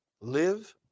live